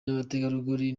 n’abategarugori